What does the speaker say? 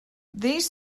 these